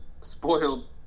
spoiled